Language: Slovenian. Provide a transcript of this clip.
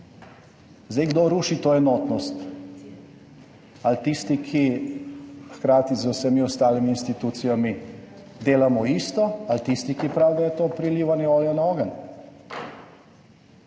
Zdaj kdo ruši to enotnost, ali tisti, ki hkrati z vsemi ostalimi institucijami delamo isto, ali tisti, ki pravi, da je to prilivanje olja na ogenj?